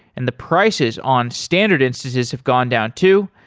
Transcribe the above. and the prices on standard instances have gone down too.